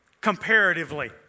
comparatively